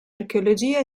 archeologia